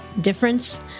difference